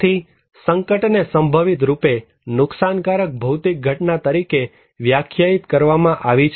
આથી સંકટને સંભવિત રૂપે નુકસાનકારક ભૌતિક ઘટના તરીકે વ્યાખ્યાયિત કરવામાં આવી છે